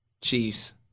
Chiefs